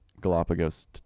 Galapagos